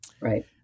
Right